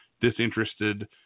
disinterested